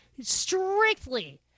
strictly